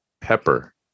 pepper